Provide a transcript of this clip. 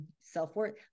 self-worth